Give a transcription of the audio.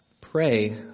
Pray